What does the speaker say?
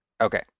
Okay